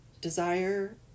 desire